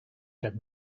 kept